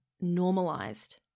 normalized